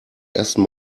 ersten